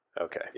Okay